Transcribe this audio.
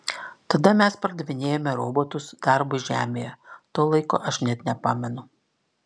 tada mes pardavinėjome robotus darbui žemėje to laiko aš net nepamenu